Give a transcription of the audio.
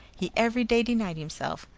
he every day denied himself,